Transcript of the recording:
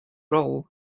role